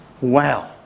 Wow